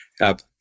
up